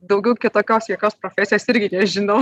daugiau kitokios jokios profesijos irgi nežinau